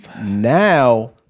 now